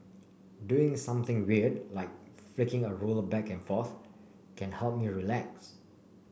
doing something weird like flicking a ruler back and forth can help me relax